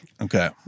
Okay